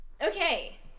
Okay